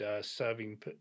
serving